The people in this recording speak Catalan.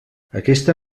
aquesta